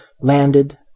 landed